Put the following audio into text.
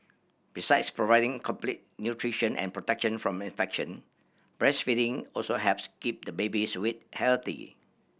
besides providing complete nutrition and protection from infection breastfeeding also helps keep the baby's weight healthy